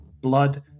blood